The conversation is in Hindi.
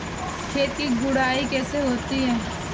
खेत की गुड़ाई कैसे होती हैं?